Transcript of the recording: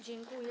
Dziękuję.